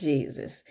Jesus